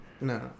No